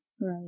right